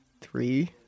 three